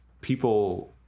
people